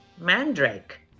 Mandrake